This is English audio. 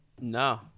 No